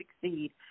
succeed